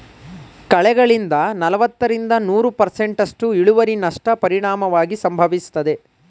ಕಳೆಗಳಿಂದ ನಲವತ್ತರಿಂದ ನೂರು ಪರ್ಸೆಂಟ್ನಸ್ಟು ಇಳುವರಿನಷ್ಟ ಪರಿಣಾಮವಾಗಿ ಸಂಭವಿಸ್ತದೆ